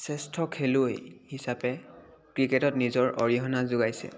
শ্ৰেষ্ঠ খেলুৱৈ হিচাপে ক্ৰিকেটত নিজৰ অৰিহণা যোগাইছে